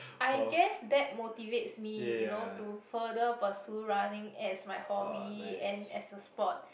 I guess that motivates me you know to further pursue running as my hobby and as a sport